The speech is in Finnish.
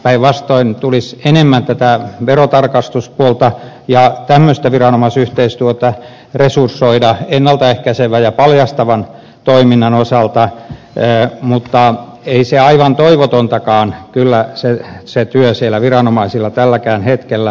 päinvastoin tulisi enemmän tätä verotarkastuspuolta ja tämmöistä viranomaisyhteistyötä resursoida ennalta ehkäisevän ja paljastavan toiminnan osalta mutta ei kyllä aivan toivotontakaan se viranomaisten työ siellä tälläkään hetkellä ole